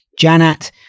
Janat